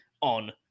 on